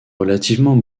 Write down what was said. relativement